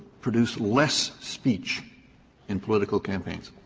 produce less speech in political campaigns?